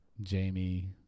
Jamie